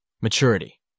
Maturity